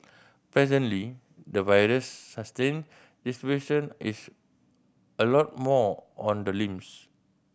presently the virus sustain distribution is a lot more on the limbs